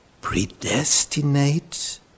Predestinate